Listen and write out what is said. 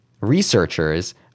researchers